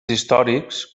històrics